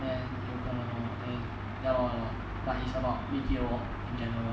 then 有可能 lor and ya lor ya lor but it's about B_T_O lor in general